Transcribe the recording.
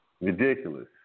ridiculous